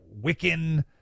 Wiccan